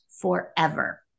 forever